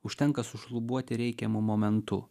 užtenka sušlubuoti reikiamu momentu